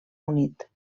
unit